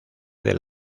del